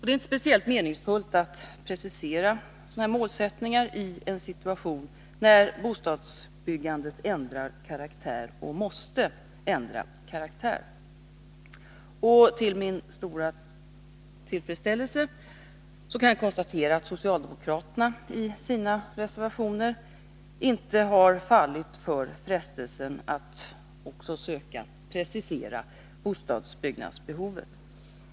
Det är inte speciellt meningsfullt att precisera sådana här målsättningar i en situation när bostadsbyggandet ändrar — och måste ändra — karaktär. Till min stora tillfredsställelse kan jag konstatera att socialdemokraterna i sina reservationer inte har fallit för frestelsen att söka precisera bostadsbyggnadsbehovet.